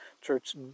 church